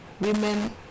women